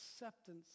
acceptance